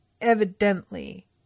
evidently